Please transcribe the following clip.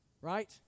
Right